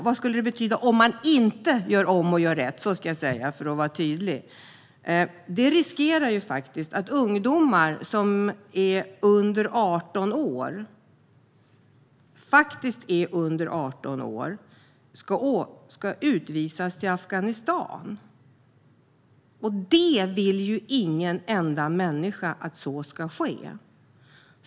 Vad skulle det innebära om man inte gör om och gör rätt? Då riskerar ungdomar som är under 18 år att utvisas till Afghanistan, och ingen enda människa vill ju att det ska ske.